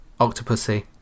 Octopussy